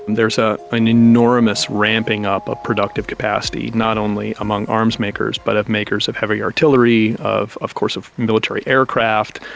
there's ah an enormous ramping up of ah productive capacity, not only among arms makers but of makers of heavy artillery, of of course of military aircraft,